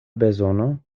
bezono